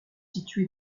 situés